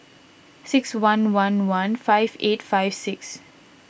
six one one one five eight five six